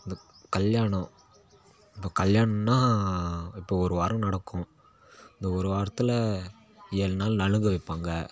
இந்த கல்யாணம் இப்போ கல்யாணன்னா இப்போ ஒரு வாரம் நடக்கும் இந்த ஒரு வாரத்தில் ஏழு நாள் நலுங்கு வைப்பாங்கள்